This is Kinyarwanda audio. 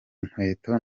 inkweto